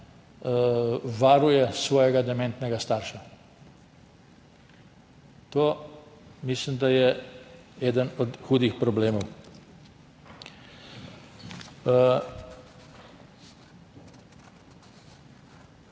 varuje svojega dementnega starša. To mislim, da je eden od hudih problemov.